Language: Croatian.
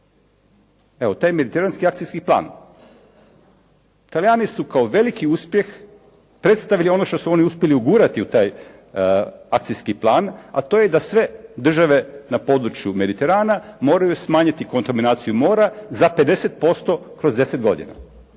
evo temelj terenski akcijski plan. Talijani su kao veliki uspjeh predstavili ono što su oni uspjeli ugurati u taj akcijski plan, a to je da sve države na području Mediterana moraju smanjiti kontaminaciju mora za 50% kroz 10 godina.